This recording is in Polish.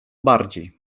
bardziej